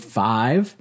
five